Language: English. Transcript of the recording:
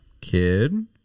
kid